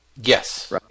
Yes